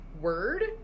word